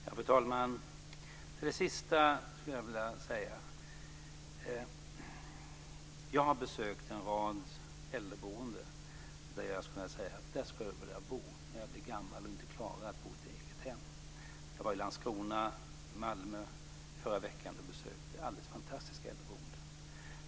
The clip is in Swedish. Fru talman! Till det sista skulle jag vilja säga följande. Jag har besökt en rad äldreboenden där jag kan säga att jag skulle vilja bo när jag blir gammal och inte klarar att bo i ett eget hem. Jag var i Landskrona och Malmö i förra veckan och besökte alldeles fantastiska äldreboenden.